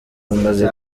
bamaze